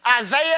Isaiah